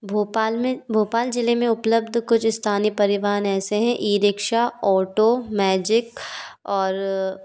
भोपाल में भोपाल जिले में उप्लब्ध कुछ स्थानीय परिवहन ऐसे हैं ई रिक्शा ऑटो मैजिक और